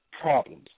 problems